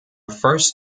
first